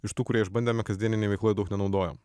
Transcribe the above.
iš tų kurie išbandėme kasdieninėj veikloj daug nenaudojam